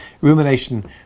Rumination